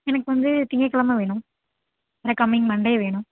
எனக்கு வந்து திங்கக்கிழம வேணும் வர கம்மிங் மண்டே வேணும்